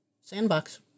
Sandbox